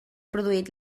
produït